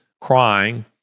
crying